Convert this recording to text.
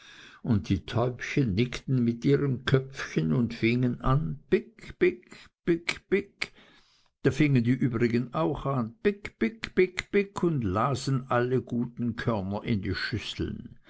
und die täubchen nickten mit ihren köpfchen und fingen an pick pick pick pick und da fingen die übrigen auch an pick pick pick pick und lasen alle guten körner in die schüsseln